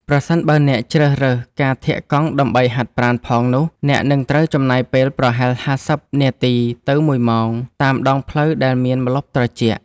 ប្រសិនបើអ្នកជ្រើសរើសការធាក់កង់ដើម្បីហាត់ប្រាណផងនោះ អ្នកនឹងត្រូវចំណាយពេលប្រហែល ៥០ នាទី ទៅ ១ ម៉ោង តាមដងផ្លូវដែលមានម្លប់ត្រជាក់។